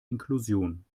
inklusion